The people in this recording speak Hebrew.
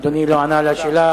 אדוני לא ענה על השאלה,